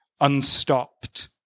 Unstopped